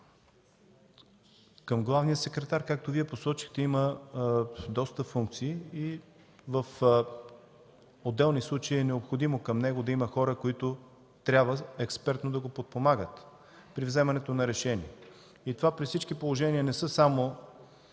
към главния секретар, както Вие посочихте, има доста функции и в отделни случаи е необходимо към него да има хора, които трябва експертно да го подпомагат при вземането на решения. Това при всички положения не са само